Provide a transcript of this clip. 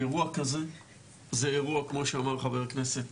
אירוע כזה זה אירוע כמו שאמר חבר הכנסת,